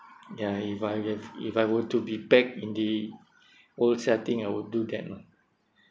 ya if I have if I were to be back in the old setting I will do that lah